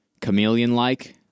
chameleon-like